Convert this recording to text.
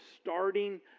starting